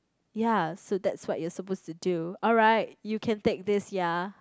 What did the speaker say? ya so that's what you're supposed to do alright you can take this ya